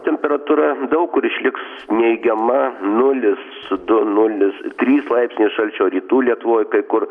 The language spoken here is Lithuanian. temperatūra daug kur išliks neigiama nulis su du nulis trys laipsniai šalčio rytų lietuvoj kai kur